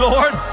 Lord